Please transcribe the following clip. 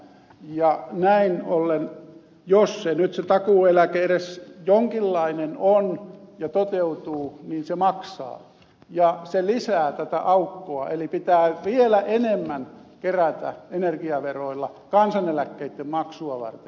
ja näin ollen jos se takuueläke nyt edes jonkinlainen on ja toteutuu se maksaa ja se lisää tätä aukkoa eli pitää vielä enemmän kerätä energiaveroilla kansaneläkkeitten maksua varten